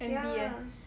M_B_S